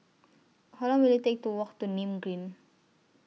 How Long Will IT Take to Walk to Nim Green